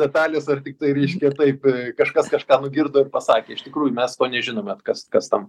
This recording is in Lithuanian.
detalės ar tiktai reiškia taip kažkas kažką nugirdo ir pasakė iš tikrųjų mes to nežinome kas kas tam